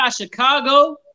Chicago